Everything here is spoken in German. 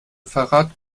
verrat